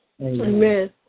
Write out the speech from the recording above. Amen